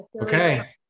Okay